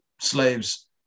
slaves